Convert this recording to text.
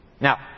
Now